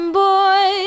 boy